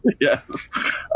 Yes